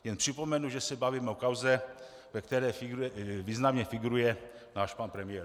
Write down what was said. Jen připomenu, že se bavíme o kauze, ve které významně figuruje náš pan premiér.